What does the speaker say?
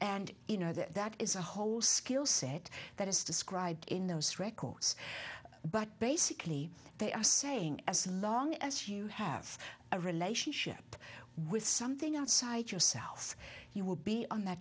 and you know that that is a whole skill set that is described in those records but basically they are saying as long as you have a relationship with something outside yourself you will be on th